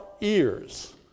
ears